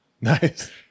Nice